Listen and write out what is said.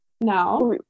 now